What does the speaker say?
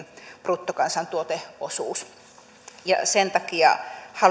bruttokansantuoteosuus sen takia haluan